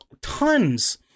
tons